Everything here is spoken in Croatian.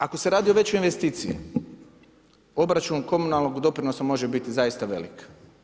Ako se radi o većoj investiciji, obračun komunalnog doprinosa može biti zaista velik.